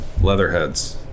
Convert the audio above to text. Leatherhead's